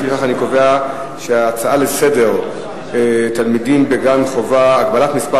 לפיכך אני קובע שההצעה לסדר-היום: הגבלת מספר